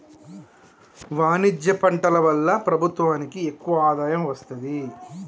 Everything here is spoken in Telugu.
వాణిజ్య పంటల వల్ల ప్రభుత్వానికి ఎక్కువ ఆదాయం వస్తది